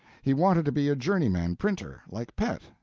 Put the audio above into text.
he wanted to be a journeyman printer, like pet,